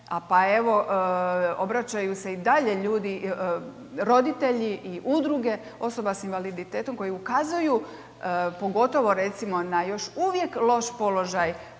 pa evo, obraćaju se i dalje ljudi, roditelji i udruge osoba sa invaliditetom koje ukazuju, pogotovo recimo na još uvijek loš položaj